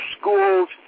schools